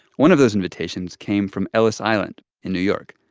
one of those invitations came from ellis island in new york.